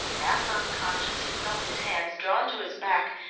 half unconscious he felt his hands drawn to his back,